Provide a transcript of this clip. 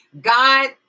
God